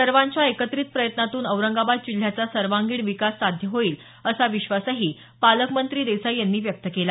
सर्वाँच्या एकत्रित प्रयत्नातून औरंगाबाद जिल्ह्याचा सर्वांगीण विकास साध्य होईल असा विश्वासही पालकमंत्री देसाई यांनी यावेळी व्यक्त केला